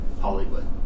Hollywood